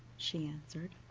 she answered.